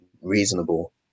reasonable